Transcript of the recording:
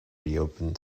reopened